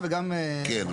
כן,